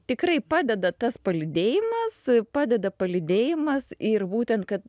tikrai padeda tas palydėjimas padeda palydėjimas ir būtent kad